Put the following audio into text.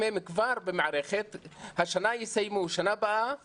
חלק מהם כבר במערכת, שנה הבאה יסיימו,